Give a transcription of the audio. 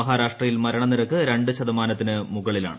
മഹാരാഷ്ട്രയിൽ മരണനിരക്ക് രണ്ട് ശതമാനത്തിന് മുകളിലാണ്